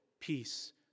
peace